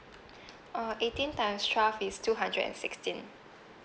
uh eighteen times twelve is two hundred and sixteen